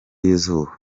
y’izuba